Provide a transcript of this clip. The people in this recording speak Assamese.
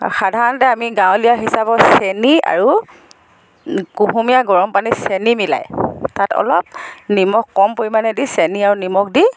সাধাৰণতে আমি গাঁৱলীয়া হিচাপত চেনি আৰু কুহুমীয়া গৰম পানী চেনি মিলাই অলপ নিমখ কম পৰিমাণে দি চেনি আৰু নিমখ দি